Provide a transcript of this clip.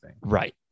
Right